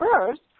first